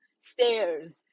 stairs